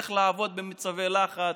איך לעבוד במצבי לחץ,